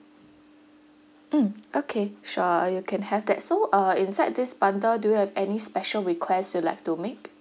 mm okay sure you can have that so uh inside this bundle do have any special request you would like to make